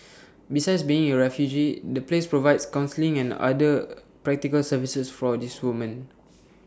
besides being your refuge the place provides counselling and other practical services for these women